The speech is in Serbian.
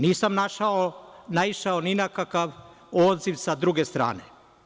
Nisam naišao ni na kakav odziv sa druge strane.